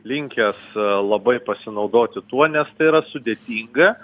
linkęs labai pasinaudoti tuo nes tai yra sudėtinga